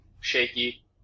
shaky